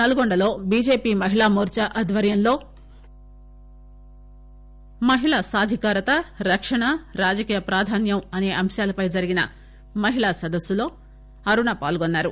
నల్గొండలో బీజేపీ మహిళా మోర్చా ఆధ్వర్యంలో మహిళా సాధికారత రక్షణ రాజకీయ ప్రాధాన్యం అనే అంశాలపై జరిగిన మహిళా సదస్సులో అరుణ పాల్గొన్నారు